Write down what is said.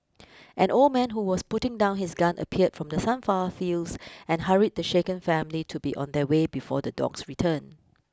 an old man who was putting down his gun appeared from the sunflower fields and hurried the shaken family to be on their way before the dogs return